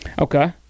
Okay